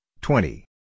twenty